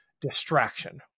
distraction